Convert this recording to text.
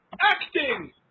Acting